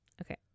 Okay